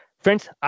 Friends